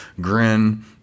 grin